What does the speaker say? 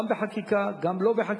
גם בחקיקה, גם לא בחקיקה,